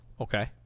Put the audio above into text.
Okay